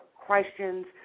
questions